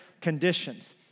conditions